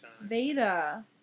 Veda